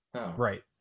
Right